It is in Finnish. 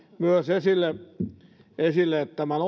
myös esille esille tämän